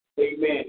Amen